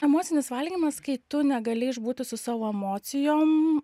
emocinis valgymas kai tu negali išbūti su savo emocijom